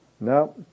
No